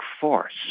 force